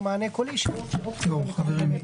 מענה קולי שהוא יוכל לקבל גם באימייל.